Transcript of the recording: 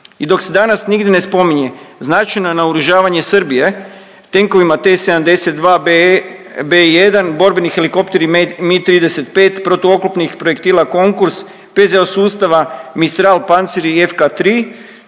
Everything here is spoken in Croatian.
i dok se danas nigdje ne spominje značajno naoružavanje Srbije, tenkovima T72 BE, B1, borbeni helikopteri MI35, protuoklopnih projektila Konkurs, PZO sustava, Mistral pancir i FK3,